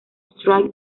strike